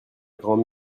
grand